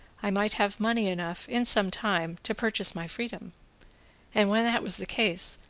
i might have money enough, in some time, to purchase my freedom and, when that was the case,